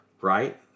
right